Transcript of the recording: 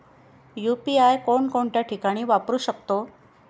UPI कोणकोणत्या ठिकाणी वापरू शकतो?